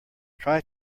try